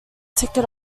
ticket